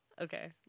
Okay